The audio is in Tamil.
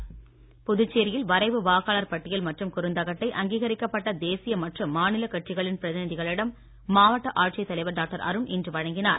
வரைவு வாக்காளர் பட்டியல் புதுச்சேரியில் வரைவு வாக்காளர் பட்டியல் மற்றும் குறுந்தகட்டை அங்கீகரிக்கப்பட்ட தேசிய மற்றும் மாநில கட்சிகளின் பிரதிநிதிகளிடம் மாவட்ட ஆட்சித் தலைவர் டாக்டர் அருண் இன்று வழங்கினார்